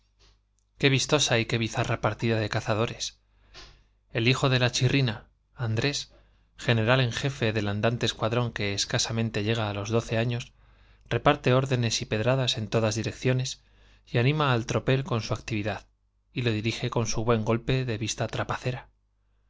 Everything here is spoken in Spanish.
qué vistosa y qué jefe del el hijo de la chirrina andrés general en andante escuadrón que escasamente llega á los doce todas direcciones años reparteórdenes y pedradas en actividad y lo dirige con su y anima al tropel con su buen golpe de vista